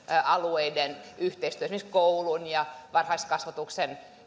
alueiden yhteistyötä esimerkiksi koulun ja varhaiskasvatuksen